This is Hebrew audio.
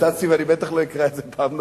הצצתי, ואני ודאי לא אקרא את זה פעם נוספת.